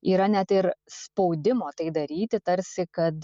yra net ir spaudimo tai daryti tarsi kad